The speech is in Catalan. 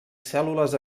cèl·lules